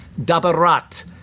dabarat